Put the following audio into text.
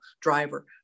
driver